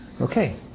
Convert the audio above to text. Okay